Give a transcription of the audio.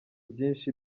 byinshi